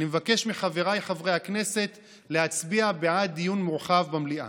אני מבקש מחבריי חברי הכנסת להצביע בעד דיון מורחב במליאה.